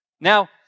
Now